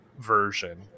version